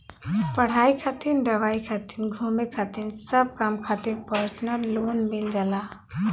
पढ़ाई खातिर दवाई खातिर घुमे खातिर सब काम खातिर परसनल लोन मिल जाला